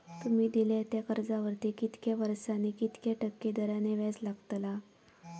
तुमि दिल्यात त्या कर्जावरती कितक्या वर्सानी कितक्या टक्के दराने व्याज लागतला?